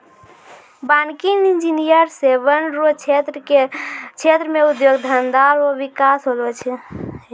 वानिकी इंजीनियर से वन रो क्षेत्र मे उद्योग धंधा रो बिकास होलो छै